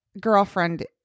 girlfriend